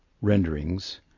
renderings